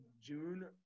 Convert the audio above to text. June